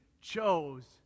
chose